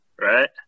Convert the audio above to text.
right